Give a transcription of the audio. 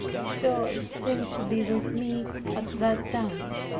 so it seemed to be with me at that time.